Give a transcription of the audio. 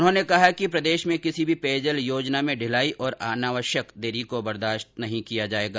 उन्होंने कहा कि प्रदेश में किसी भी पेयजल योजना में ढिलाई और अनावश्यक देरी को बर्दाश्त नहीं किया जाएगा